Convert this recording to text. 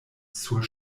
sur